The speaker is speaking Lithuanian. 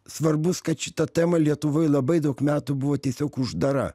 svarbus kad šita tema lietuvoj labai daug metų buvo tiesiog uždara